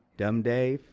dumb dave,